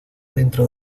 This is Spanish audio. dentro